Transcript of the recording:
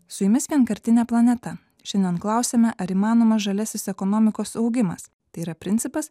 su jumis vienkartinė planeta šiandien klausiame ar įmanomas žaliasis ekonomikos augimas tai yra principas